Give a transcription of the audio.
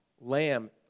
lamb